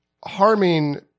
harming